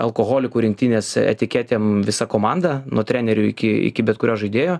alkoholikų rinktinės etiketėm visa komanda nuo trenerių iki iki bet kurio žaidėjo